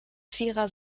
vierer